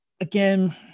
again